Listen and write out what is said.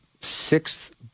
sixth